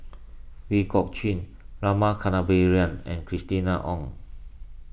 Ooi Kok Chuen Rama Kannabiran and Christina Ong